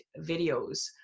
videos